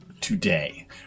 today